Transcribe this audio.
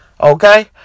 Okay